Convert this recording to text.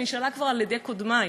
שנשאלה כבר על-ידי קודמי,